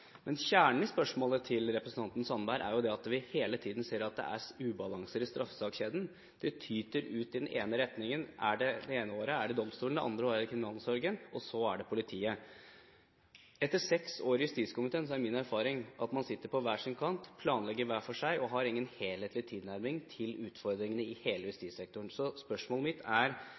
Kjernen i spørsmålet til representanten Sandberg er at vi hele tiden ser at det er ubalanser i straffesakskjeden. Det tyter ut i den ene eller den andre retningen; det ene året er det domstolen, det andre året er det kriminalomsorgen – og så er det politiet. Etter seks år i justiskomiteen er min erfaring at man sitter på hver sin kant, planlegger hver for seg og har ingen helhetlig tilnærming til utfordringene i hele justissektoren. Så spørsmålet mitt er: